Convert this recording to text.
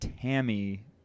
Tammy